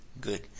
good